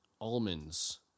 Almonds